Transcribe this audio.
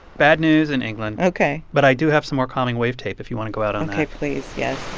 bad news in england ok but i do have some more calming wave tape if you want to go out on that ok, please. yes